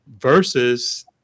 Versus